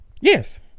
Yes